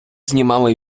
знімали